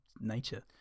nature